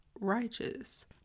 righteous